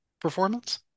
performance